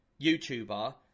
YouTuber